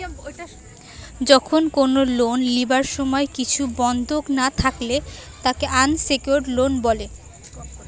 যখন কোনো লোন লিবার সময় কিছু বন্ধক না থাকলে তাকে আনসেক্যুরড লোন বলে